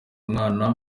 umwana